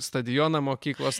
stadioną mokyklos